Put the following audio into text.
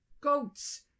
goats